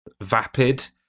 vapid